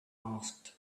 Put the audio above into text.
asked